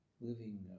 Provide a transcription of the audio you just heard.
living